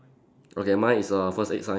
okay mine is a first aid sign